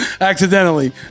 accidentally